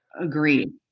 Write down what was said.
Agreed